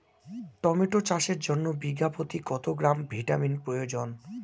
Tomato চাষের জন্য বিঘা প্রতি কত গ্রাম ভিটামিন প্রয়োজন?